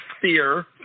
fear